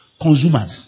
consumers